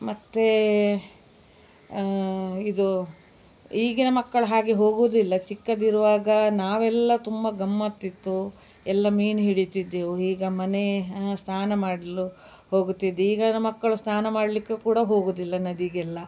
ಮತ್ತು ಇದು ಈಗಿನ ಮಕ್ಕಳು ಹಾಗೆ ಹೋಗೋದು ಇಲ್ಲ ಚಿಕ್ಕದಿರುವಾಗ ನಾವೆಲ್ಲ ತುಂಬ ಗಮ್ಮತ್ತಿತ್ತು ಎಲ್ಲ ಮೀನು ಹಿಡೀತಿದ್ದೆವು ಈಗ ಮನೆ ಸ್ನಾನ ಮಾಡಲು ಹೋಗುತ್ತಿದ್ದೆ ಈಗಿನ ಮಕ್ಕಳು ಸ್ನಾನ ಮಾಡಲಿಕ್ಕೆ ಕೂಡ ಹೋಗುವುದಿಲ್ಲ ನದಿಗೆಲ್ಲ